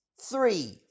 three